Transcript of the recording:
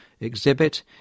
exhibit